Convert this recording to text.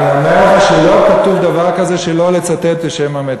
אני אומר לך שלא כתוב דבר כזה שלא לצטט בשם המת.